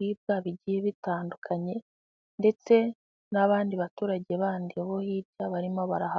ibiribwa bigiye bitandukanye ndetse n'abandi baturage bandi bo hirya barimo barahahaga.